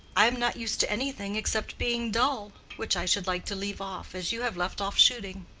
i am not used to anything except being dull, which i should like to leave off as you have left off shooting.